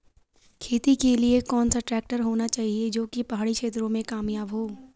खेती के लिए कौन सा ट्रैक्टर होना चाहिए जो की पहाड़ी क्षेत्रों में कामयाब हो?